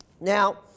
Now